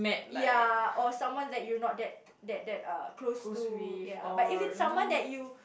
ya or someone that you are not that that uh close to ya but if it's someone that you